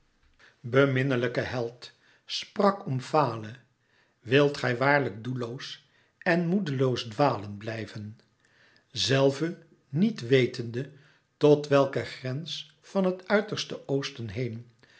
beminlijke held sprak omfale wilt gij waarlijk doelloos en moedeloos dwalen blijven zelve niet wetende tot welken grens van het uiterste oosten heen